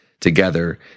Together